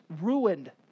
ruined